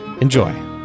Enjoy